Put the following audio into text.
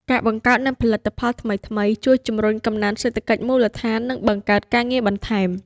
ការបង្កើតនូវផលិតផលថ្មីៗជួយជំរុញកំណើនសេដ្ឋកិច្ចមូលដ្ឋាន និងបង្កើតការងារបន្ថែម។